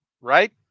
right